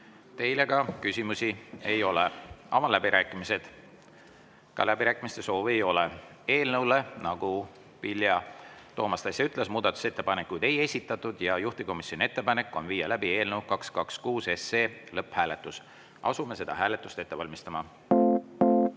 Teile küsimusi ei ole. Avan läbirääkimised. Ka läbirääkimiste soovi ei ole. Eelnõu kohta, nagu Vilja Toomast äsja ütles, muudatusettepanekuid ei esitatud. Juhtivkomisjoni ettepanek on viia läbi eelnõu 226 lõpphääletus. Asume seda hääletust ette valmistama. Head